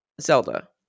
Zelda